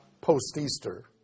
post-Easter